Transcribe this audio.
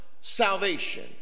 salvation